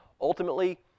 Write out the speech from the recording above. Ultimately